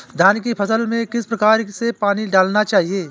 धान की फसल में किस प्रकार से पानी डालना चाहिए?